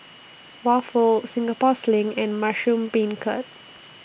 Waffle Singapore Sling and Mushroom Beancurd